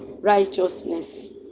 righteousness